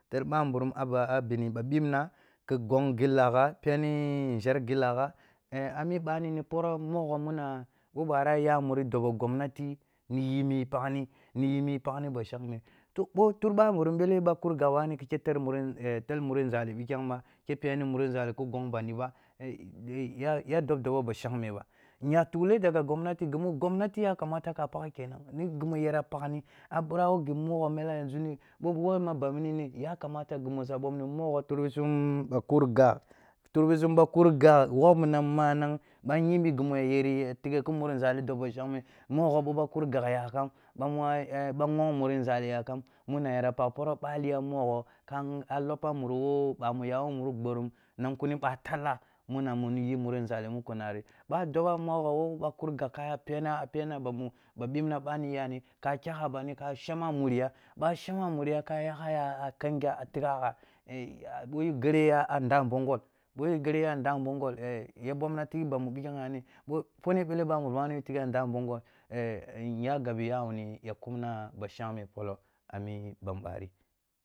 Ter bamburum a ba abini ba pinna ki gong gillagha, peni nȝher gillagha, eh a mi ɓanini poroh mogho muna ɓo pwarah ya muri dobo gomnati, ni yi mi paghni, niyi mi paghni ba shangme, to ɓo tur bambu rum ɓele ɓa kur gawani khi ki tar, ter eh muri nȝali pikem ba, khah peni muri nȝali ki gon bandi ba ya dub dobo ba shangme ba, nya tukhle daga gomnati ghi mu gomnati ya kamata ka pagh kenan, ni ghi mu yara paghni, a pira wo ghi mogho mela yan ȝu ni, ɓo ɓuwo ban mini yakamata ghi mu sa bomni mogho kare sum ba kur gagh turbisum ɓa kur ga wok minang, ɓa yimbi ghi mu a yari ye tighe ki muri nȝali dub ba shangme, mogho ɓo ɓa kur gag yakam, ɓo mwa, bo mwa muri nȝali yakam, mima yara pagh poroh bali ya mogho, ka a lopa murugh wo ɓamu ya wo muri gbenem nung kuni ɓa tallah, muna muni yi muri nȝali muko nari, ɓo a duba mogho wo ba kur gaska a pena a pena bamu ɓa pipnah yani ka kyah a bandi ka shamma a nmriya, ɓa a shamma a muriya ka yaha ya ka kenga a tigha ah ɓo gareya a nda mbonghol, ɓo gareya a nda mbonghol ya ɓomna tighi bamu piko yani, wo pone pele bamburum ɓani tihe a nda mbonghol nya gabe ya wuni ya kumna ba shangme polo a mi bambari.